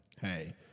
hey